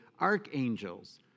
archangels